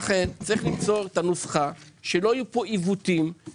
צריך למצוא את הנוסחה כדי שלא יהיו פה עיוותים.